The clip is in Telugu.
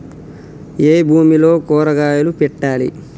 ఏ భూమిలో కూరగాయలు పెట్టాలి?